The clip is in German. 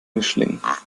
mischling